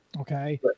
Okay